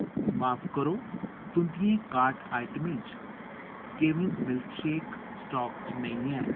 माफ करो तुं'दियें कार्ट आइटमें च केविंस मिल्कशेक स्टाक च नेईं ऐ